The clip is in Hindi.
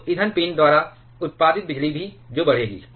तो ईंधन पिन द्वारा उत्पादित बिजली जो बढ़ेगी